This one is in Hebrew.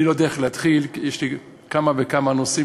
אני לא יודע איך להתחיל כי יש לי כמה וכמה נושאים,